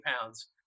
pounds